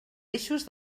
eixos